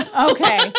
Okay